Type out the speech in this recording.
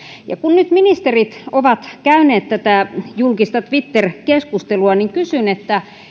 kun nyt ministerit ovat käyneet tätä julkista twitter keskustelua niin kysyn